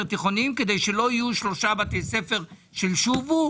תיכוניים כדי שלא יהיו שלושה בתי ספר של "שובו",